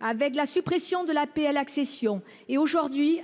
5 euros, suppression de l'APL accession et, aujourd'hui,